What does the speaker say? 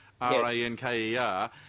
R-A-N-K-E-R